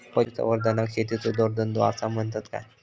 पशुसंवर्धनाक शेतीचो जोडधंदो आसा म्हणतत काय?